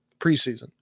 preseason